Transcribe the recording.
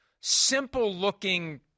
Simple-looking